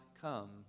come